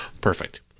Perfect